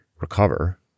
recover